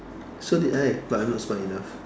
so did I but I'm not smart enough